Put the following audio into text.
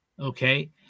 Okay